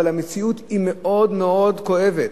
אבל המציאות היא מאוד מאוד כואבת,